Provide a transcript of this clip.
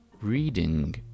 reading